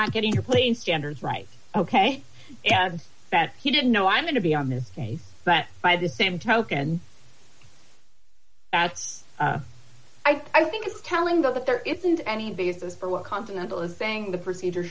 not getting your plane standards right ok and that he didn't know i'm going to be on this case that by the same token adds i think it's telling though that there isn't any basis for what continental is saying the procedure